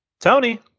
Tony